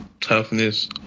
toughness